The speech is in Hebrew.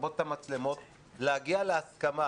לכבות את המצלמות, להגיע להסכמה